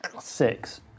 six